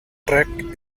trek